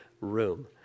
room